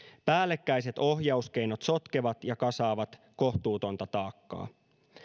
päällekkäiset ohjauskeinot sotkevat ja kasaavat kohtuutonta taakkaa